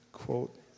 Quote